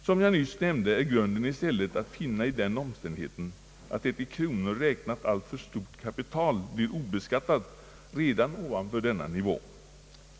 Som jag nyss nämnde är grunden i stället att finna i den omständigheten att ett i kronor räknat alltför stort kapital blir obeskattat redan ovanför denna nivå.